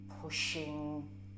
pushing